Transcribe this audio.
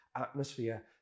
atmosphere